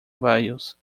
values